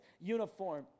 uniform